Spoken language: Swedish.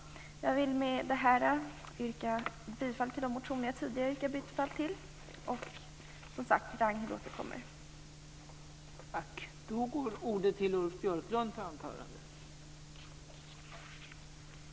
Jag yrkar än en gång bifall till de motioner som jag tidigare har yrkat bifall till. Ragnhild Pohanka kommer närmare att utveckla våra argument.